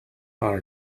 are